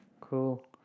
Cool